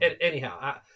Anyhow